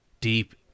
deep